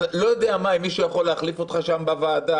אני לא יודע אם מישהו יכול להחליף אותך שם בוועדה,